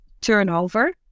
turnover